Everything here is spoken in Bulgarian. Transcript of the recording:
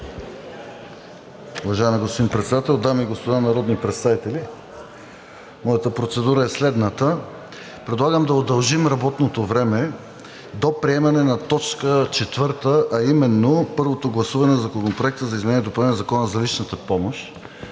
Уважаеми господин Председател, дами и господа народни представители! Моята процедура е следната. Предлагам да удължим работното време до приемане на т. 4, а именно първото гласуване на Законопроекта за изменение и допълнение на Закона за личната помощ,